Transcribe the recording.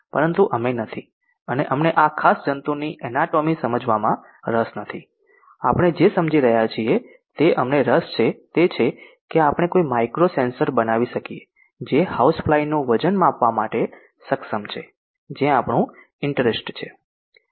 પરંતુ અમે નથી અને અમને આ ખાસ જંતુની એનાટોમી સમજવામાં રસ નથી આપણે જે સમજી રહ્યા છીએ તે અમને રસ છે તે છે કે આપણે કોઈ માઇક્રો સેંસર બનાવી શકીએ કે જે હાઉસફ્લાય નું વજન માપવા માટે સક્ષમ છે જે આપણું ઇન્ટરેસ્ટ છે